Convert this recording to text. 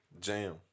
Jam